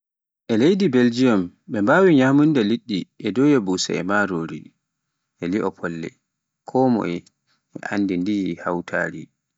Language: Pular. E Leydi Beljium ɓe mbawi nyamunda liɗɗi doya busa e marori, e li'o folle, konmoye e anndi ndi hawteri